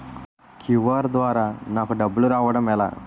QR ద్వారా నాకు డబ్బులు రావడం ఎలా?